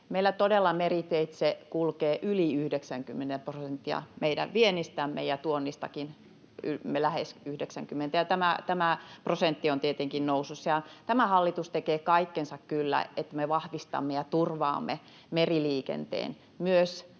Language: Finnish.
Meillä todella meriteitse kulkee yli 90 prosenttia meidän viennistämme ja tuonnistakin lähes 90 prosenttia, ja tämä prosentti on tietenkin nousussa. Tämä hallitus tekee kyllä kaikkensa, että me vahvistamme ja turvaamme meriliikenteen myös